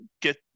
get